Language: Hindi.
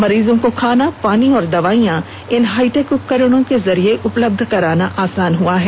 मरीजों को खाना पानी एवं दवाइयां इन हाईटेक उपकरणों के जरिए उपलब्ध कराना आसान हुआ है